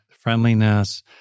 friendliness